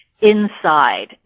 inside